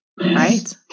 right